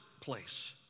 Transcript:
place